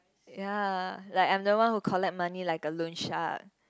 ya like I'm the one who collect money like a loan shark